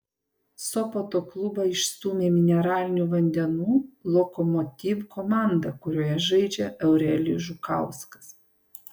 sopoto klubą išstūmė mineralinių vandenų lokomotiv komanda kurioje žaidžia eurelijus žukauskas